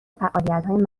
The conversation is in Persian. فعالیتهای